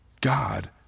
God